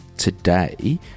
today